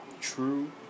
true